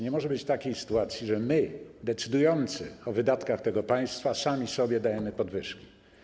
Nie może być takiej sytuacji, że my, decydujący o wydatkach tego państwa, sami sobie dajemy podwyżki.